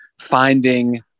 finding